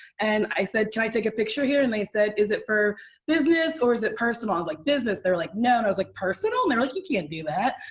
and i said, can i take a picture here? and they said, is it for business, or is it personal? i was like, business. they were like, no. and i was like, personal? and they were like, you can't do that.